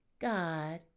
God